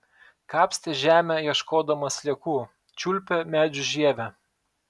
kapstė žemę ieškodama sliekų čiulpė medžių žievę